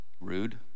Rude